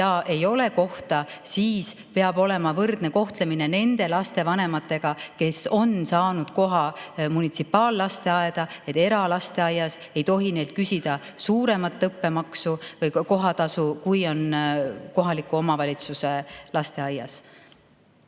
ja ei ole kohta, siis peab olema võrdne kohtlemine nende lastevanematega, kes on saanud koha munitsipaallasteaeda. Eralasteaias ei tohi neilt küsida suuremat kohatasu, kui on kohaliku omavalitsuse lasteaias.